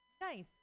Nice